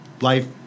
life